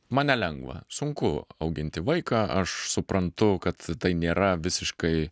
man nelengva sunku auginti vaiką aš suprantu kad tai nėra visiškai